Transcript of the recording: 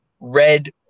red